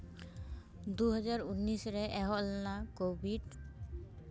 ᱫᱩᱦᱟᱡᱟᱨ ᱩᱱᱤᱥ ᱨᱮ ᱮᱦᱚᱵ ᱞᱮᱱᱟ ᱠᱳᱵᱷᱤᱰ